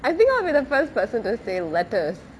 I think I'll be the first person to say lettuce